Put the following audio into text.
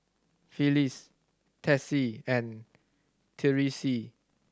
Phyliss Tessie and Tyreese